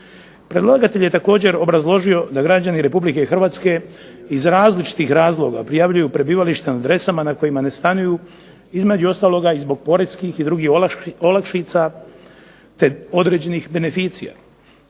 Predlagatelj je također obrazložio da građani Republike Hrvatske iz različitih razloga prijavljuju prebivalište na adresama na kojima ne stanuju između ostalog i zbog poreskih drugih olakšica, te određenih beneficija.